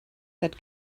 that